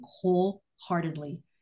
wholeheartedly